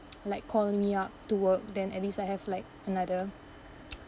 like call me up to work then at least I have like another